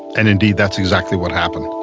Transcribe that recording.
and indeed that's exactly what happened.